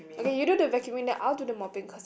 okay you do the vacuuming then I'll do the mopping cause